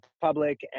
public